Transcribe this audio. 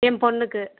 என் பொண்ணுக்கு